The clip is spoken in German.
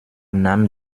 nahm